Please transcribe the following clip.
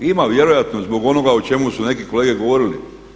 Ima vjerojatno zbog onoga o čemu su neki kolege govoriti.